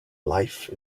life